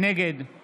נגד